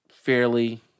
fairly